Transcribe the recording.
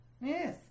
yes